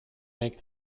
make